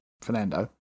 Fernando